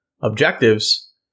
objectives